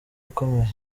akomeye